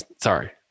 Sorry